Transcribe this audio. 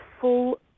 full